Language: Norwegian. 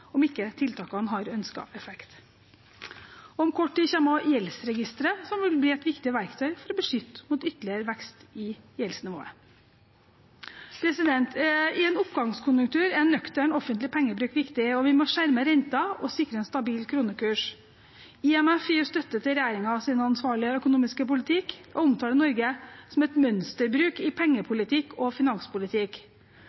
om ikke tiltakene har ønsket effekt. Om kort tid kommer gjeldsregisteret, som vil bli et viktig verktøy for å beskytte mot ytterligere vekst i gjeldsnivået. I en oppgangskonjunktur er nøktern offentlig pengebruk viktig, og vi må skjerme renten og sikre en stabil kronekurs. IMF gir støtte til regjeringens ansvarlige økonomiske politikk og omtaler Norge som et mønsterbruk i